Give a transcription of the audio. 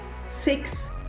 six